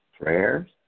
prayers